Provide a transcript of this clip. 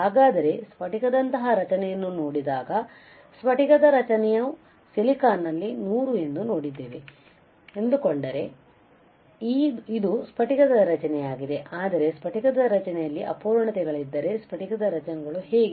ಹಾಗಾದರೆ ಸ್ಫಟಿಕದಂತಹ ರಚನೆಯನ್ನು ನೋಡಿದಾಗ ಸ್ಫಟಿಕದ ರಚನೆಯು ಸಿಲಿಕಾನ್ನಲ್ಲಿ 100 ಎಂದು ನೋಡಿದ್ದೇವೆ ಎಂದುಕೊಂಡರೆ ಇದು ಸ್ಫಟಿಕದ ರಚನೆಯಾಗಿದೆ ಆದರೆ ಸ್ಫಟಿಕದ ರಚನೆಯಲ್ಲಿ ಅಪೂರ್ಣತೆಗಳಿದ್ದರೆ ಸ್ಫಟಿಕದ ರಚನೆಗಳು ಹೇಗೆ